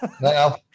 Now